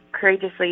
courageously